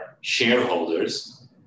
shareholders